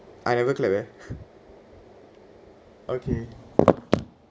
I never clap eh okay